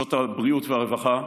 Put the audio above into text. ברשויות הבריאות והרווחה,